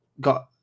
got